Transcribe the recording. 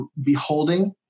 beholding